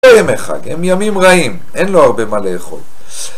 כל ימיך, הם ימים רעים, אין לו הרבה מה לאכול